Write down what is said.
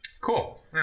Cool